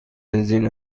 بنزین